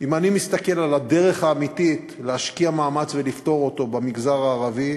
אם אני מסתכל על הדרך האמיתית להשקיע מאמץ ולפתור את הבעיה במגזר הערבי,